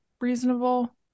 reasonable